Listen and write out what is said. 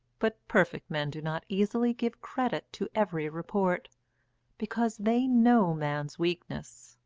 but perfect men do not easily give credit to every report because they know man's weakness,